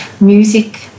Music